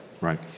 Right